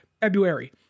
February